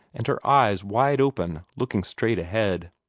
and her eyes wide-open, looking straight ahead.